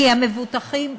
כי המבוטחים,